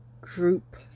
group